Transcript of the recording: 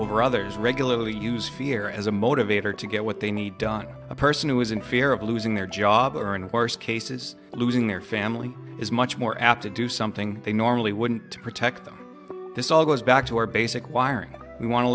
over others regularly use fear as a motivator to get what they need done a person who is in fear of losing their job or in worse cases losing their family is much more apt to do something they normally wouldn't to protect them this all goes back to our basic wiring we want to